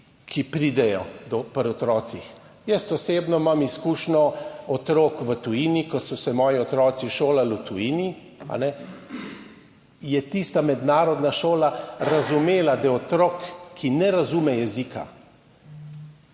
ki pridejo pri otrocih. Jaz osebno imam izkušnjo otrok v tujini, ko so se moji otroci šolali v tujini, je tista mednarodna šola razumela, da otrok, ki ne razume jezika,